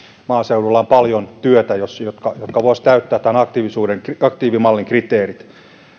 maaseudulla on paljon työtä joka voisi täyttää tämän aktiivimallin kriteerit